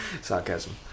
Sarcasm